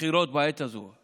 לבחירות בעת הזו.